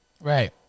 Right